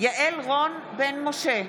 יעל רון בן משה,